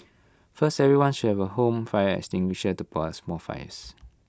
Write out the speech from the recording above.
first everyone should have A home fire extinguisher to put us mall fires